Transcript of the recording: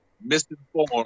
misinformed